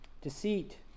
Deceit